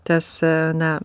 tas na